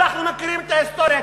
אנחנו מכירים את ההיסטוריה,